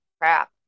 crap